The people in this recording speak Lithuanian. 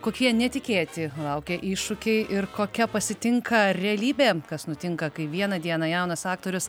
kokie netikėti laukia iššūkiai ir kokia pasitinka realybė kas nutinka kai vieną dieną jaunas aktorius